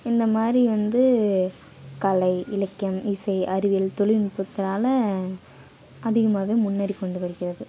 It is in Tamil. இந்த மாதிரி வந்து கலை இலக்கியம் இசை அறிவியல் தொழில்நுட்பத்துனால் அதிகமாகவே முன்னேறிக் கொண்டு வருகிறது